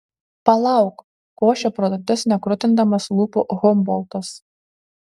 palauk košė pro dantis nekrutindamas lūpų humboltas